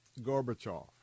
Gorbachev